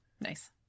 Nice